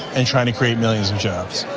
and trying to create millions of jobs.